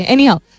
Anyhow